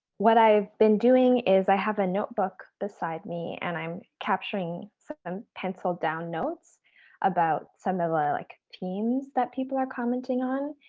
what i've been doing is i have a notebook beside me, and i'm capturing so some penciled down notes about some of the like themes that people are commenting on.